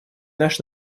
наш